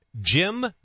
Jim